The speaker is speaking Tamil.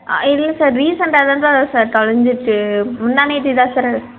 ஆ இல்லை சார் ரீசெண்ட்டாக தான் சார் சார் தொலைஞ்சிர்ச்சி முந்தாநேற்று தான் சார்